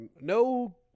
no